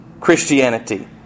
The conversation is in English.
Christianity